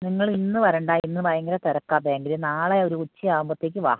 നിങ്ങൾ ഇന്ന് വരണ്ട ഇന്ന് ഭയങ്കര തിരക്കാണ് ബാങ്കിൽ നാളെ ഒരു ഉച്ച ആവുമ്പോഴത്തേക്ക് വാ